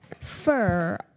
fur